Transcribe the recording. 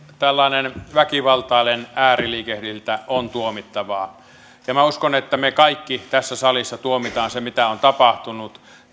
tällainen väkivaltainen ääriliikehdintä on tuomittavaa minä uskon että me kaikki tässä salissa tuomitsemme sen mitä on tapahtunut